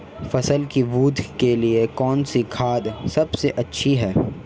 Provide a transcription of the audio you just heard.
फसल की वृद्धि के लिए कौनसी खाद सबसे अच्छी है?